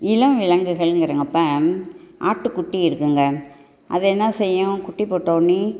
இளம் விலங்குகலுங்குறப்ப ஆட்டுக்குட்டி இருக்குதுங்க அது என்ன செய்யும் குட்டி போட்ட உடனே